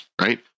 right